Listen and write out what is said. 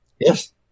Yes